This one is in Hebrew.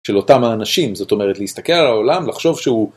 של אותם האנשים, זאת אומרת להסתכל על העולם, לחשוב שהוא...